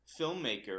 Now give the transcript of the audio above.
filmmaker